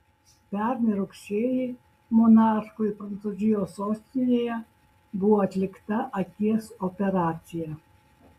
pernai rugsėjį monarchui prancūzijos sostinėje buvo atlikta akies operacija